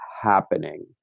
happening